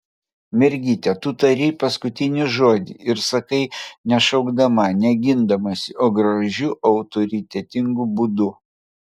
mergyte tu tari paskutinį žodį ir sakai ne šaukdama ne gindamasi o gražiu autoritetingu būdu